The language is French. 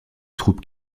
troupes